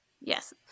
yes